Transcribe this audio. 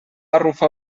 arrufar